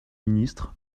ministre